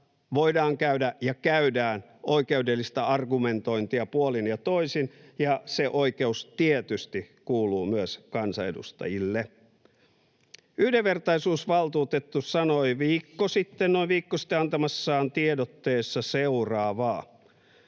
voidaan käydä ja käydään oikeudellista argumentointia puolin ja toisin, ja se oikeus tietysti kuuluu myös kansanedustajille. Yhdenvertaisuusvaltuutettu sanoi noin viikko sitten antamassaan tiedotteessa seuraavaa: